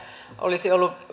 olisi ollut